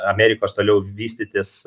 amerikos toliau vystytis